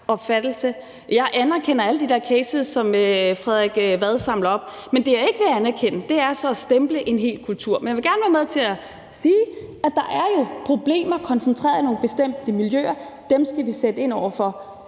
jeg anerkender alle de der cases, som Frederik Vad samler op. Det, jeg ikke vil anerkende, er at stemple en hel kultur. Men jeg vil gerne være med til at sige, at der jo er problemer koncentreret i nogle bestemte miljøer. Dem skal vi sætte ind over for,